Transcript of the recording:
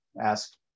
ask